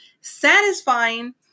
satisfying